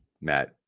Matt